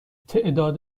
تعداد